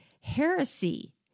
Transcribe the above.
heresy